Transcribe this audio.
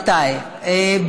רבותיי,